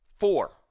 four